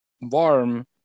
warm